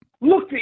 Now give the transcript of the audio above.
Look